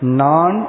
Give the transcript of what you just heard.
non